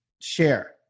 share